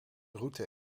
route